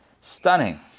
Stunning